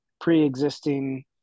pre-existing